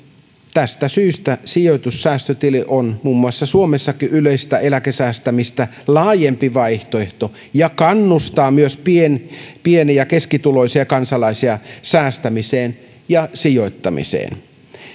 tästä syystä sijoitussäästötili on suomessakin muun muassa yleistä eläkesäästämistä laajempi vaihtoehto ja kannustaa myös pieni pieni ja keskituloisia kansalaisia säästämiseen ja sijoittamiseen